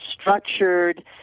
structured